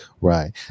right